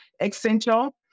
essential